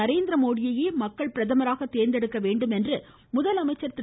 நரேந்திரமோதியையே மக்கள் தேர்ந்தெடுக்க வேண்டும் என்று முதலமைச்சர் திரு